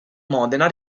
modena